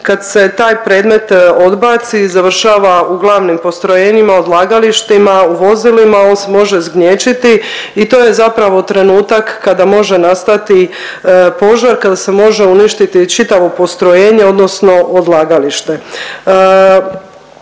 kad se taj predmet odbaci, završava u glavnim postrojenjima, odlagalištima, u vozilima, on se može zgnječiti i to je zapravo trenutak kada može nastati požar, kada se može uništiti čitavo postrojenje, odnosno odlagalište.